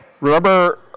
Remember